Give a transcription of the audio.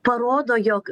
parodo jog